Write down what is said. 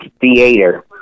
theater